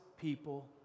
people